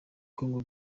congo